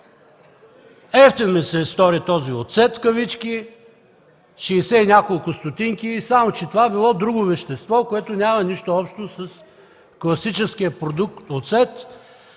Евтин ми се стори този оцет в кавички – шейсет и няколко стотинки, само че това било друго вещество, което няма нищо общо с класическия продукт „оцет”.